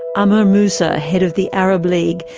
amr moussa, head of the arab league,